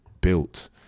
built